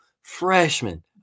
freshman